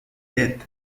death